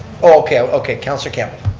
okay, okay. councilor campbell.